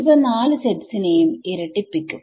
ഇവ നാല് സെറ്റ്സിനെയും ഇരട്ടിപ്പിക്കും